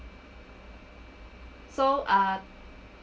so uh